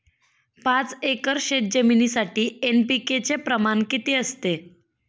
पाच एकर शेतजमिनीसाठी एन.पी.के चे प्रमाण किती असते?